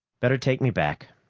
better take me back.